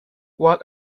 what